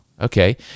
okay